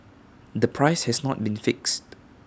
the price has not been fixed